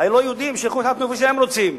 הלא-יהודים, שיתחתנו איפה שהם רוצים.